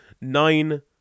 nine